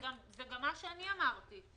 זה גם מה שאני אמרתי.